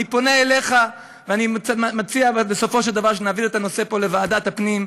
אני פונה אליך ואני מציע בסופו של דבר שנעביר את הנושא פה לוועדת הפנים.